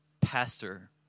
pastor